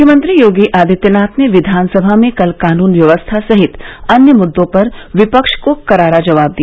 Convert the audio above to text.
मुख्यमंत्री योगी आदित्यनाथ ने विधानसभा में कल कानून व्यवस्था सहित अन्य मुद्दों पर विपक्ष को करारा जवाब दिया